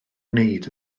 wneud